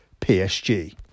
PSG